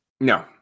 No